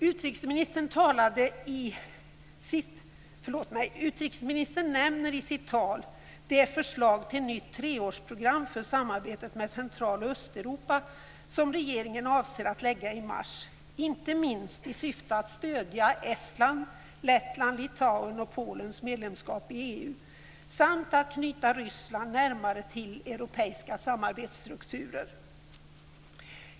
Utrikesministern nämner i sitt tal det förslag till nytt treårsprogram för samarbetet med Central och Östeuropa, som regeringen avser att lägga fram i mars, inte minst i syfte att stödja Estlands, Lettlands, Litauens och Polens medlemskap i EU samt att knyta Ryssland närmare till europeiska samarbetsstrukturer.